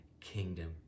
kingdom